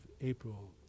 April